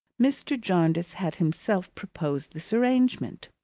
mr jarndyce had himself proposed this arrangement.